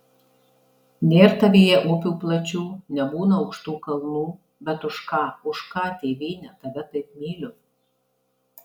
nėr tavyje upių plačių nebūna aukštų kalnų bet už ką už ką tėvyne tave taip myliu